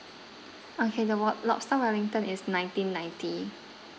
okay the wo~ lobster wellington is nineteen ninety